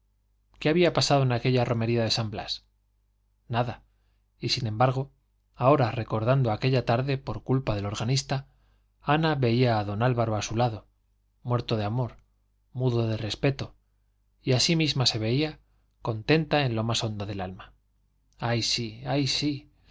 qué había pasado en aquella romería de san blas nada y sin embargo ahora recordando aquella tarde por culpa del organista ana veía a don álvaro a su lado muerto de amor mudo de respeto y a sí misma se veía contenta en lo más hondo del alma ay sí ay sí